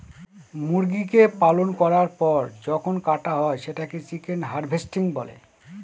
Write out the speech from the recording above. মুরগিকে পালন করার পর যখন কাটা হয় সেটাকে চিকেন হার্ভেস্টিং বলে